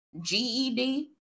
ged